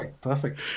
perfect